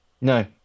no